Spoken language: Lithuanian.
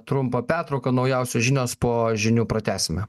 trumpą pertrauką naujausios žinios po žinių pratęsime